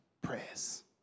prayers